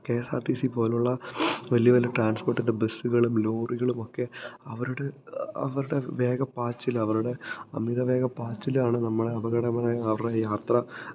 K S R T C പോലുള്ള വലിയ വലിയ ട്രാന്സ്പോര്ട്ടിന്റെ ബസ്സുകളും ലോറികളും ഒക്കെ അവരുടെ അവരുടെ വേഗപ്പാച്ചിൽ അവരുടെ അമിത വേഗപ്പാച്ചില് ആണ് നമ്മളെ അപകടങ്ങളെ അവിടെ യാത്ര